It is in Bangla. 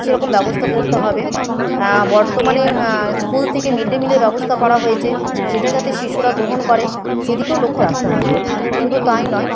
সেরকম ব্যবস্থা করতে হবে বর্তমানে স্কুল থেকে মিড ডে মিলের ব্যবস্থা করা হয়েছে সেটা যাতে শিশুরা গ্রহণ করে সেদিকেও লক্ষ্য রাখতে হবে শুধু তাই নয়